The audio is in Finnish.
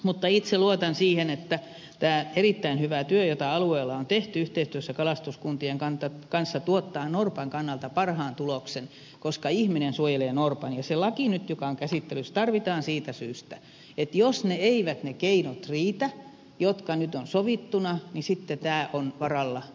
mutta itse luotan siihen että tämä erittäin hyvä työ jota alueella on tehty yhteistyössä kalastuskuntien kanssa tuottaa norpan kannalta parhaan tuloksen koska ihminen suojelee norpan ja se laki joka on nyt käsittelyssä tarvitaan siitä syystä että jos ne eivät ne keinot riitä joista nyt on sovittu niin sitten on varalla mahdollisuus käyttää tätä